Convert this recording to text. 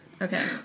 Okay